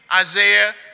Isaiah